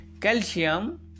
calcium